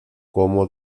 como